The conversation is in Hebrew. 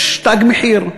יש תג מחיר,